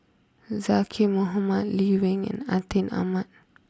Zaqy Mohamad Lee Wen and Atin Amat